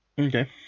Okay